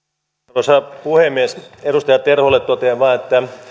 arvoisa puhemies edustaja terholle totean vain että